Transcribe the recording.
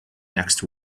next